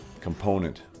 component